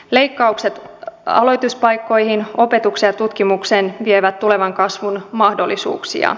leikkaukset aloituspaikkoihin opetukseen ja tutkimukseen vievät tulevan kasvun mahdollisuuksia